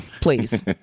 please